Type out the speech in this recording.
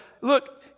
look